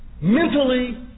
mentally